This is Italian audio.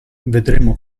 vedremo